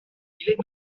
est